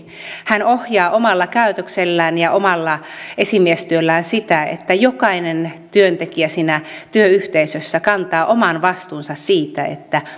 hän ohjaa omalla käytöksellään ja omalla esimiestyöllään sitä että jokainen työntekijä siinä työyhteisössä kantaa oman vastuunsa siitä